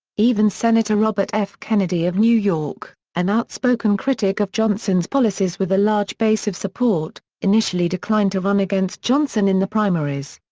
even senator robert f. kennedy of new york, an outspoken critic of johnson's policies with a large base of support, initially declined to run against johnson in the primaries.